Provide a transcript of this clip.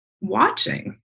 watching